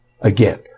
again